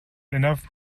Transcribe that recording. enough